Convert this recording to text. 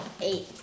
Eight